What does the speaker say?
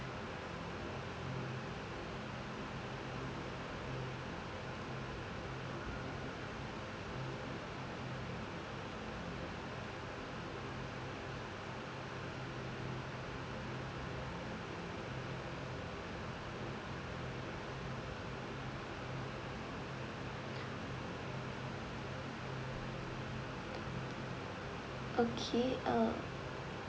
okay uh